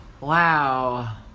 Wow